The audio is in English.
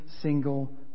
single